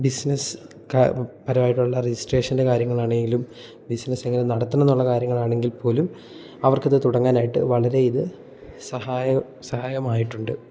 business കാ പരമായിട്ടുള്ള രെജിസ്ട്രേഷൻ്റെ കാര്യങ്ങൾ ആണെങ്കിലും ബിസിനസ്സ് എങ്ങനെ നടത്തണം എന്നുള്ള കാര്യങ്ങൾ ആണെങ്കിൽ പോലും അവർക്ക് അത് തുടങ്ങാനായിട്ട് വളരെ ഇത് സഹായം സഹായമായിട്ടുണ്ട്